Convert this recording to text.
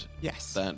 Yes